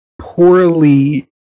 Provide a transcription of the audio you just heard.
Poorly